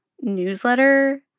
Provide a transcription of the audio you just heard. newsletter